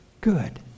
good